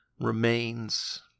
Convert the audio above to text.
remains